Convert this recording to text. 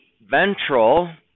ventral